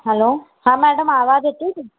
हलो हा मैडम आवाज़ु अचे थी